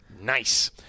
Nice